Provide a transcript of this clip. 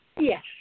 Yes